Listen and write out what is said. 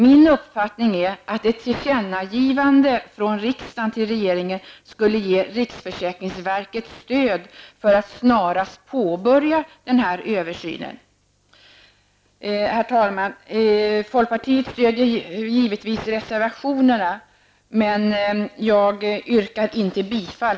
Min uppfattning är att ett tillkännagivande från riksdagen till regeringen skulle ge riksförsäkringsverket stöd för att snarast påbörja översynen. Herr talman! Folkpartiet stöder givetvis reservationerna, men jag yrkar inte bifall.